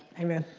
hey man.